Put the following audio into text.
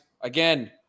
again